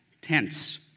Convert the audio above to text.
tense